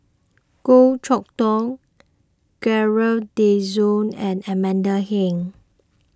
Goh Chok Tong Gerald De Cruz and Amanda Heng